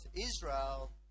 Israel